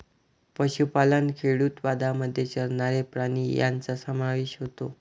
पशुपालन खेडूतवादामध्ये चरणारे प्राणी यांचा समावेश होतो